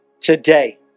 today